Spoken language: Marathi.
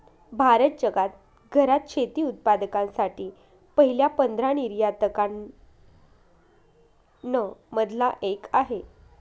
भारत जगात घरात शेती उत्पादकांसाठी पहिल्या पंधरा निर्यातकां न मधला एक आहे